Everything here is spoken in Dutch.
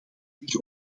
zich